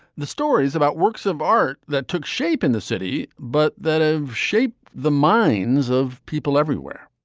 the stories about works of art that took shape in the city but that have shaped the minds of people everywhere.